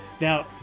Now